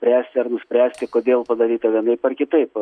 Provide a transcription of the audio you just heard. spręsti ar nuspręsti kodėl padaryta vienaip ar kitaip